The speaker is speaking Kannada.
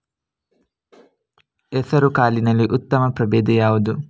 ಹೆಸರುಕಾಳಿನಲ್ಲಿ ಉತ್ತಮ ಪ್ರಭೇಧ ಯಾವುದು?